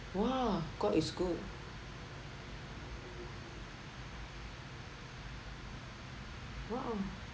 !wah! god is good !wow!